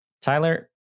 Tyler